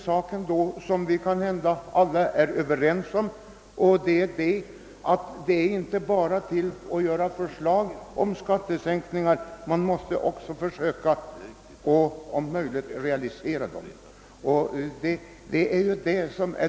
Men en sak är vi väl alla överens om, nämligen att det inte bara gäller att utarbeta förslag utan att man också måste försöka realisera förslagen.